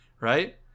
right